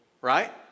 right